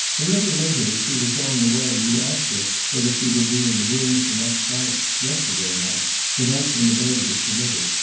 a little later, as she was going away, you asked her whether she would be in the rooms the next night yesterday night the night when the murder was committed.